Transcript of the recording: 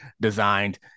designed